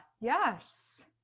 yes